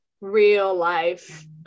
real-life